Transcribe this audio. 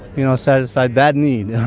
you know, satisfied that need.